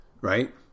Right